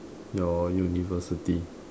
your university